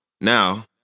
Now